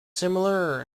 similar